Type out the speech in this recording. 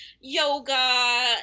yoga